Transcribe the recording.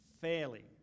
fairly